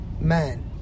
Man